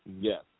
Yes